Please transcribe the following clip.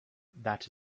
that